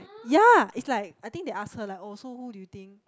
ya is like I think they ask her like oh so who do you think